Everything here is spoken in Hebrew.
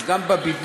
ואז גם בבידוד,